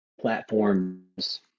platforms